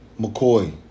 McCoy